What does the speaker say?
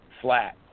flat